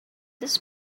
this